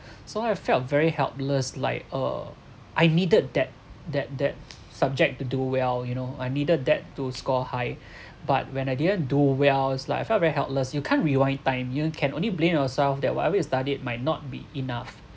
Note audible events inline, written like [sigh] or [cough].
[breath] so I felt very helpless like uh I needed that that that subject to do well you know I needed that to score high [breath] but when I didn't do well it's like I felt very helpless you can't rewind time you can only blame yourself that whatever you studied might not be enough